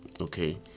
Okay